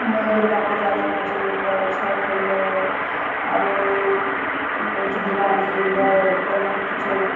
दुर्गा पूजा जेना होइ छै अयलै छठि अयलै आरो की कहै छै दिवाली अयलै ई प्रमुख छै